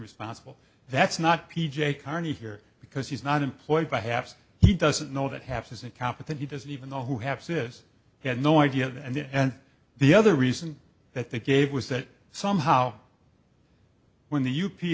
responsible that's not p j carney here because he's not employed by haps he doesn't know that half is incompetent he doesn't even know who have says he had no idea and the other reason that they gave was that somehow when the u